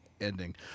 ending